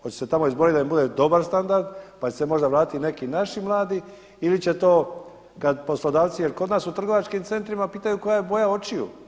Hoće se tako izboriti da im bude dobar standard, pa će se možda vratiti i neki naši mladi ili će to kada poslodavci, jer kod nas u trgovačkim centrima pitaju koja je boja očiju?